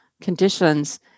conditions